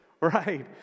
Right